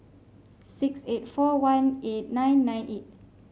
six eight four one eight nine nine eight